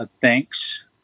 thanks